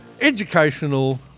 Educational